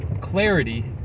clarity